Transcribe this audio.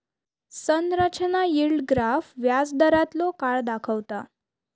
संरचना yield graph व्याजदारांतलो काळ दाखवता